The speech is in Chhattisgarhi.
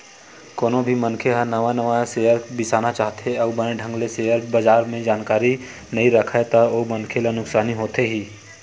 कोनो भी मनखे ह नवा नवा सेयर बिसाना चाहथे अउ बने ढंग ले सेयर बजार के बारे म जानकारी नइ राखय ता ओ मनखे ला नुकसानी होथे ही